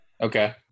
okay